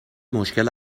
مشکل